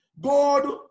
God